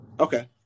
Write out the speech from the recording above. Okay